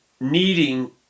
needing